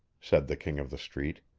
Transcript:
said the king of the street.